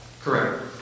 Correct